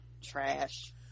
trash